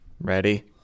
Ready